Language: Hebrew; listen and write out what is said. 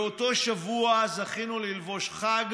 באותו שבוע זכינו ללבוש חג,